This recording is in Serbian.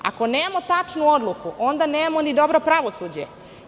Ako nemamo tačnu odluku, onda nemamo ni dobro pravosuđe.